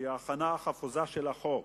הוא ההכנה החפוזה של החוק,